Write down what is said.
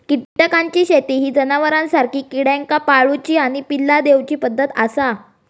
कीटकांची शेती ही जनावरांसारखी किड्यांका पाळूची आणि पिल्ला दिवची पद्धत आसा